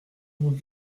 vous